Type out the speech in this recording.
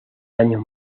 años